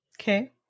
Okay